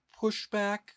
pushback